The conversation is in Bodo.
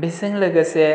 बेजों लोगोसे